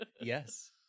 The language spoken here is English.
Yes